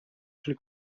fil